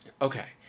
Okay